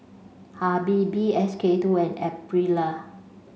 Habibie S K two and Aprilia